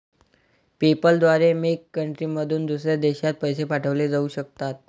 PayPal द्वारे मेक कंट्रीमधून दुसऱ्या देशात पैसे पाठवले जाऊ शकतात